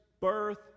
birth